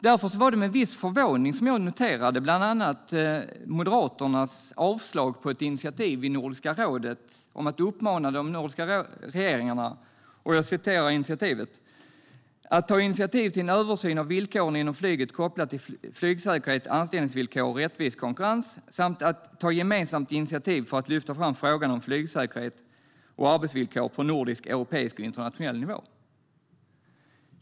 Därför var det med viss förvåning som jag noterade bland annat Moderaternas avslag i fråga om ett initiativ i Nordiska rådet om att uppmana de nordiska regeringarna " att ta initiativ till en översyn av villkoren inom flyget kopplat till flygsäkerhet, anställningsvillkor och rättvis konkurrens samt att ta gemensamma initiativ för att lyfta fram frågan om flygsäkerhet och arbetsvillkor på Nordisk, Europeisk och internationell nivå".